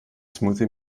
smoothie